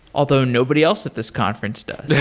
although nobody else at this conference does.